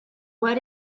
what